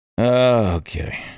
Okay